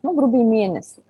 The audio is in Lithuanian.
nu grubiai mėnesiui